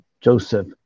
Joseph